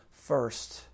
first